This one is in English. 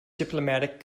diplomatic